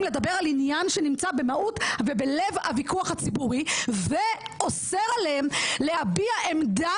לדבר על עניין שנמצא במהות ובלב הוויכוח הציבורי ואוסר עליהם להביע עמדה